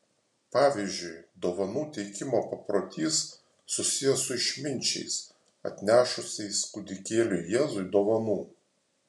pavyzdžiui dovanų teikimo paprotys susijęs su išminčiais atnešusiais kūdikėliui jėzui dovanų